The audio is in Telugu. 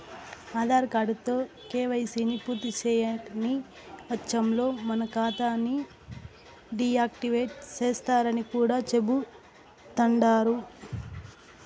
ఆదార్ కార్డుతో కేవైసీని పూర్తిసేయని వచ్చంలో మన కాతాని డీ యాక్టివేటు సేస్తరని కూడా చెబుతండారు